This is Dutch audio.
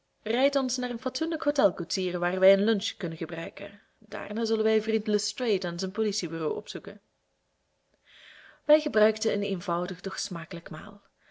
rijd ons naar een fatsoenlijk hotel koetsier waar wij een lunch kunnen gebruiken daarna zullen wij vriend lestrade aan zijn politiebureau opzoeken illustratie hoever is het naar wallington wij gebruikten een eenvoudig doch smakelijk maal